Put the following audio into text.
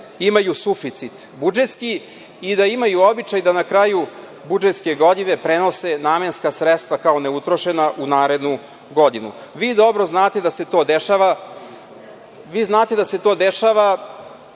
imaju suficit budžetski i da imaju običaj da na kraju budžetske godine prenose namenska sredstva kao neutrošena u narednu godinu. Vi dobro znate da se to dešava,